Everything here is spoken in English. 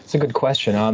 a good question. um